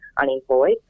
unemployed